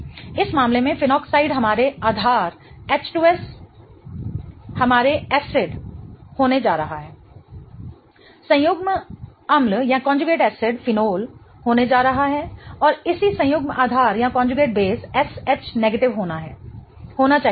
इस मामले में फेनोक्साइड हमारे आधार H2S हमारे एसिडअम्ल होने जा रहा है संयुग्म एसिडअम्ल फिनोल होने जा रहा है और इसी संयुग्म आधार SH होना चाहिए